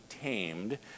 tamed